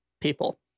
people